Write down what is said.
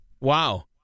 Wow